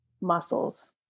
muscles